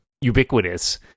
ubiquitous